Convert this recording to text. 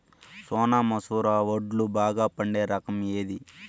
సోనా మసూర వడ్లు బాగా పండే రకం ఏది